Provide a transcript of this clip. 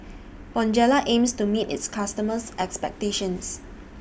Bonjela aims to meet its customers' expectations